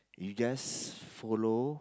you just follow